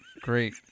great